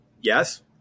Yes